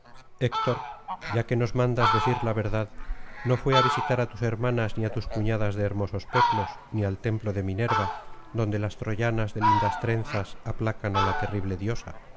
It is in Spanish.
héctor ya que nos mandas decir la verdad no fué á visitar á tus hermanas ni á tus cuñadas de hermosos peplos ni al templo de minerva donde las troyanas de lindas trenzas aplacan á la terrible diosa